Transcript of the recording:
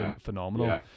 phenomenal